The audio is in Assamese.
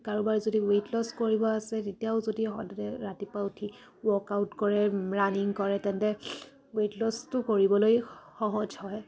কাৰোবাৰ যদি ৱেইট লছ কৰিব আছে তেতিয়াও যদি সদায় ৰাতিপুৱা উঠি ৱৰ্কআউট কৰে ৰানিং কৰে তেন্তে ৱেইট লছটো কৰিবলৈ সহজ হয়